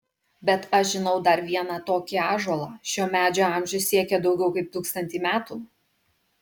bet aš žinau dar vieną tokį ąžuolą šio medžio amžius siekia daugiau kaip tūkstantį metų